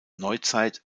neuzeit